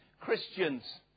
Christians